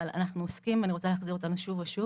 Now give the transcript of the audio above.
אבל אני רוצה להחזיר אותנו שוב ושוב: